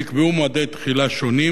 נקבעו מועדי תחילה שונים,